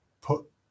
put